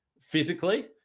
physically